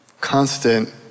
constant